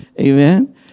Amen